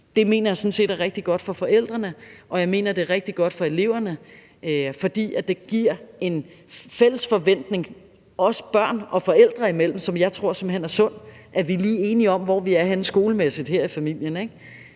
skolen, er rigtig godt for forældrene, og jeg mener, at det er rigtig godt for eleverne, fordi det giver en fælles forventning, også børn og forældre imellem, hvilket jeg simpelt hen tror er sundt – altså at de i familien